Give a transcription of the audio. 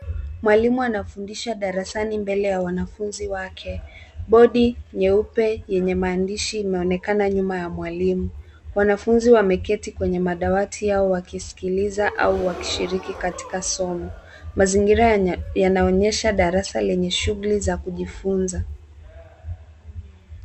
Mwalimu anafundisha darasani mbele ya wanafunzi wake. Bodi nyeupe yenye maandishi imeonekana nyuma ya mwalimu. Wanafunzi wameketi kwenye madawati yao wakisikiliza au wakishiriki katika somo. Mazingira yanaonyesha darasa lenye shughuli za kujifunza.